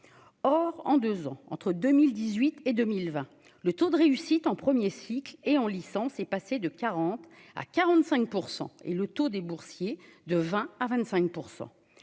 or en 2 ans entre 2018 et 2020, le taux de réussite en 1er cycle et en licence est passé de 40 à 45 % et le taux des boursiers de 20 à 25